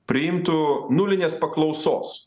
priimtų nulinės paklausos